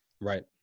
Right